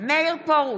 מאיר פרוש,